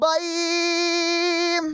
Bye